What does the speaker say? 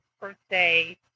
birthday